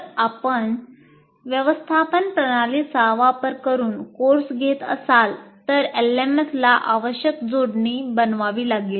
जर आपण शिक्षण व्यवस्थापन प्रणालीचा वापर करून कोर्स घेत असाल तर LMS ला आवश्यक जोडणी बनवावी लागेल